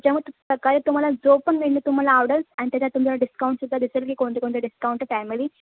त्याच्या सकाळी तुम्हाला जो पण मेनू तुम्हाला आवडलं आणि त्याच्यावर तुम्हाला डिस्काउंट सुद्धा दिसेल की कोणते कोणते डिस्काउंट आहेत फॅमिली